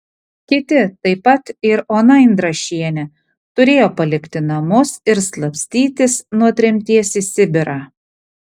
kiti taip pat ir ona indrašienė turėjo palikti namus ir slapstytis nuo tremties į sibirą